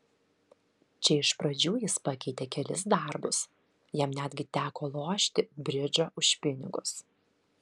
čia iš pradžių jis pakeitė kelis darbus jam netgi teko lošti bridžą už pinigus